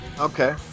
Okay